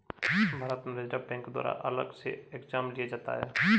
भारत में reserve bank द्वारा अलग से एग्जाम लिया जाता है